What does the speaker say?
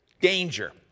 danger